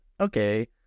okay